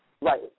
Right